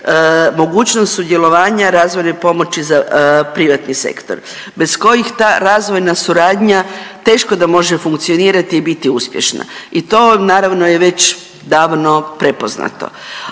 mogućnost sudjelovanja razvojne pomoći za privatni sektor bez kojih ta razvojna suradnja teško da može funkcionirati i biti uspješna. I to naravno je već davno prepoznato.